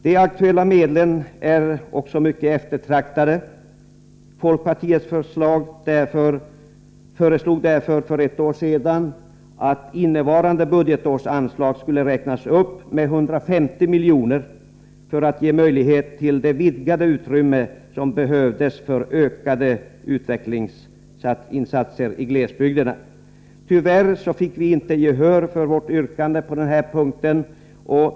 De aktuella medlen är också mycket eftertraktade. Folkpartiet föreslog därför för ett år sedan att innevarande budgetårs anslag skulle räknas upp med 150 milj.kr. för att ge möjlighet till det vidgade utrymme som behövdes för ökade utvecklingsinsatser i glesbygderna. Tyvärr fick vi inte gehör för vårt yrkande på denna punkt.